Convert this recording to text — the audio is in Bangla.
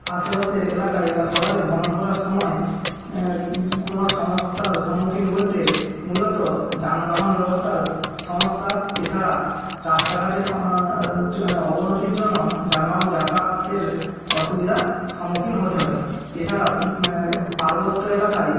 আশেপাশের এলাকায় বা শহরে ভ্রমণ করার সময় কোনো সমস্যার সম্মুখীন বলতে মূলত যানবাহন ব্যবস্থার সমস্যা এছাড়া রাস্তাঘাটের অবনতির জন্য যানবাহন যাতায়াতের অসুবিধা সম্মুখীন হতে হয় এছাড়া পার্বত্য এলাকায়